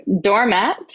doormat